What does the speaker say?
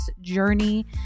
journey